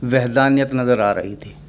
وحدانیت نظر آ رہی تھی